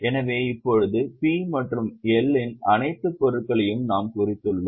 எனவே இப்போது பி மற்றும் எல் இன் அனைத்து பொருட்களையும் நாம் குறித்துள்ளோம்